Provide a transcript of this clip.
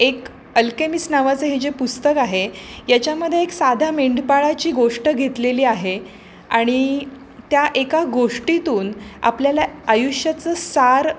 एक अल्केमिस नावाचं हे जे पुस्तक आहे याच्यामध्ये एक साध्या मेंंढपाळाची गोष्ट घेतलेली आहे आणि त्या एका गोष्टीतून आपल्याला आयुष्याचं सार